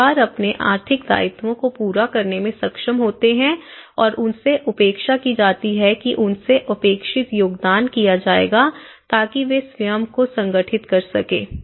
परिवार अपने आर्थिक दायित्वों को पूरा करने में सक्षम होते हैं और उनसे अपेक्षा की जाती है कि उनसे अपेक्षित योगदान किया जाएगा ताकि वे स्वयं को संगठित कर सकें